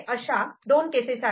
अशा दोन केसेस आहेत